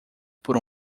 por